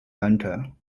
lanka